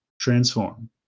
transform